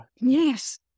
Yes